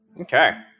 Okay